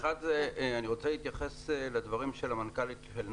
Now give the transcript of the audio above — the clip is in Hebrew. אני רוצה להתייחס לדברים של נועה.